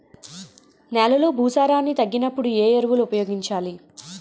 నెలలో భూసారాన్ని తగ్గినప్పుడు, ఏ ఎరువులు ఉపయోగించాలి?